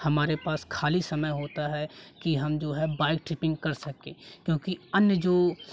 हमारे पास खाली समय होता है कि हम जो है बाइक ट्रिपिंग कर सकें क्योंकि अन्य जो